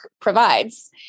provides